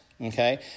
okay